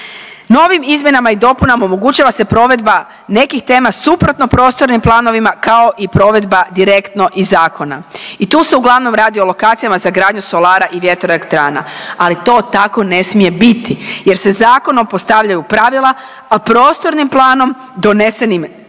Novim izmjenama i dopunama omogućava se provedba nekih tema suprotno prostornim planovima, kao i provedba direktno iz zakona i tu se uglavnom radi o lokacijama za gradnju solara i vjetroelektrana, ali to tako ne smije biti jer se zakonom postavljaju pravila, a prostornim planom donesenim